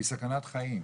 זו סכנת חיים.